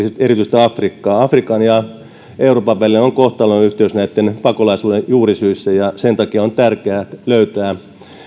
erityisesti afrikkaa afrikan ja euroopan välillä on kohtalonyhteys pakolaisuuden juurisyissä ja sen takia on tärkeää löytää